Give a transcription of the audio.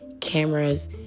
cameras